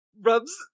rubs